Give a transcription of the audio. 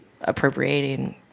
appropriating